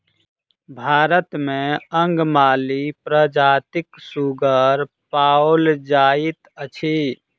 भारत मे अंगमाली प्रजातिक सुगर पाओल जाइत अछि